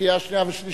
(תיקון מס' 29),